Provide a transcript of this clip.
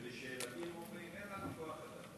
ולשאלתי הם אומרים: אין לנו כוח אדם.